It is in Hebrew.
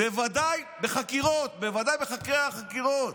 בוודאי בחקירות, בוודאי בחדרי החקירות.